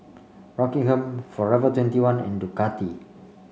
Rockingham Forever twenty one and Ducati